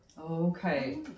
okay